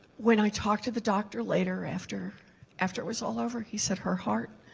when i talked to the doctor later after after it was all over he said her heart,